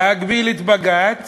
להגביל את בג"ץ